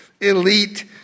elite